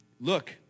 look